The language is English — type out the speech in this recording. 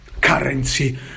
currency